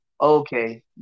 okay